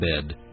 bed